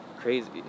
crazy